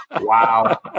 wow